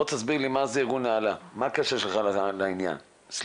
בוא תסביר לי מה זה ארגון נעל"ה,